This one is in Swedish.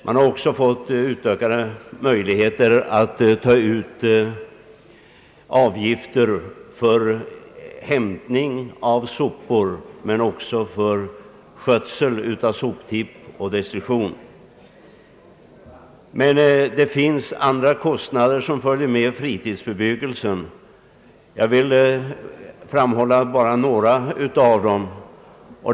Man har också fått utökade möjligheter att ta ut avgifter för hämtning av sopor men också för skötsel av soptipp och destruktion. Det finns emellertid andra kostnader som följer med fritidsbebyggelsen, och jag skall nämna några av dem.